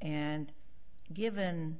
and given